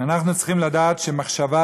אנחנו צריכים לדעת שמחשבה,